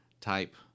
type